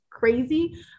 crazy